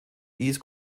east